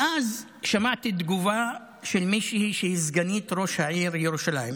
ואז שמעתי תגובה של מישהי שהיא סגנית ראש העיר ירושלים,